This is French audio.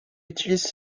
utilise